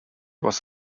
was